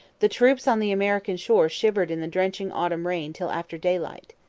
the troops on the american shore shivered in the drenching autumn rain till after daylight.